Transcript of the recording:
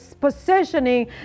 positioning